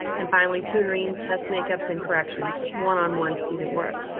and finally tutoring. test makupson. corrections one on one student work.